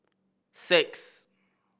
six